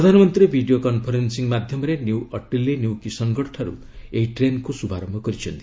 ପ୍ରଧାନମନ୍ତ୍ରୀ video conferencing ମାଧ୍ୟମରେ New Ateli New Kishangarh ଠାରୁ ଏହି ଟେନ୍କୁ ଶୁଭାରୟ କରିଛନ୍ତି